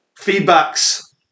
feedbacks